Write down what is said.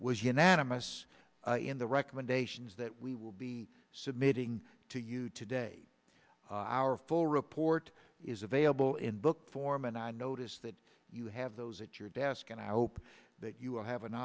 was unanimous in the recommendations that we will be submitting to you today our full report is available in book form and i notice that you have those at your desk and i hope that you will have an